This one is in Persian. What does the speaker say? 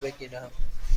بگیرم